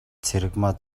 цэрэгмаа